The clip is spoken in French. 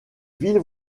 villes